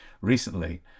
recently